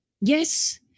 Yes